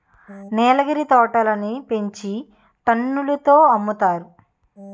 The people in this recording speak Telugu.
నీలగిరి తోటలని పెంచి టన్నుల తో అమ్ముతారు